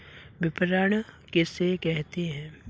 विपणन किसे कहते हैं?